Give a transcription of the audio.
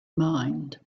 mined